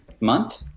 month